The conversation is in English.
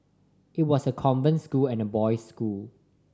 it was a convent school and a boys school